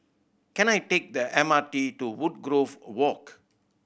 can I take the M R T to Woodgrove Walk